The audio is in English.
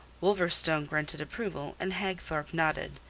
wolverstone grunted approval and hagthorpe nodded.